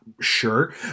sure